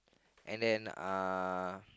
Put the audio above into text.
and then uh